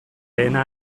lehena